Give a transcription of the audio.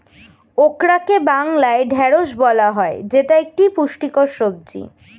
ওকরাকে বাংলায় ঢ্যাঁড়স বলা হয় যেটা একটি পুষ্টিকর সবজি